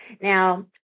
Now